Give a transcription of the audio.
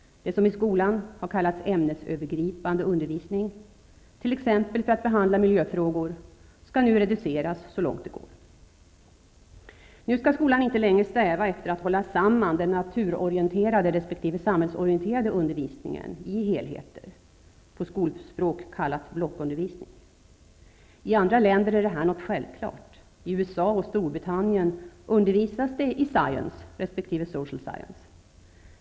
Det som i skolan har kallats för ämnesövergripande undervisning, t.ex. för att behandla miljöfrågor, skall nu reduceras så långt det går. Nu skall skolan inte längre sträva efter att hålla samman den naturorienterande resp. den samhällsorienterande undervisningen i helheter, på skolspråk kallad blockundervisning. I andra länder är detta något självklart. I USA och Storbritannien undervisas det i science resp. social science.